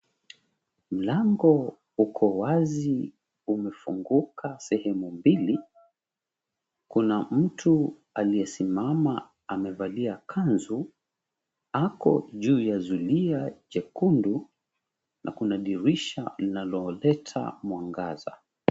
Mlango uko wazi, umefunguka sehemu mbili. Kuna mtu aliyesimama amevalia kanzu. Ako juu ya zulia jekundu na kuna dirisha linaloleta mwangaza.